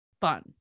fun